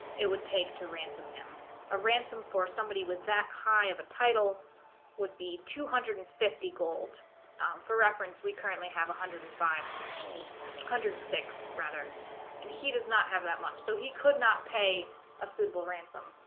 it would take to ransom him a ransom for somebody with that high of a title would be two hundred and fifty gold for reference we currently have one hundred and five one hundred and six rather and he does not have that much so he could not pay a suitable ransom